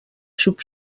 xup